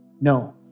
No